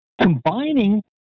Combining